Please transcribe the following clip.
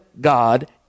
God